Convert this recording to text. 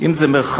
אם זה המרחב,